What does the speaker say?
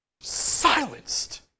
Silenced